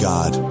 God